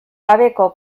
gabeko